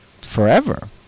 forever